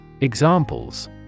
Examples